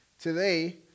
Today